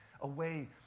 away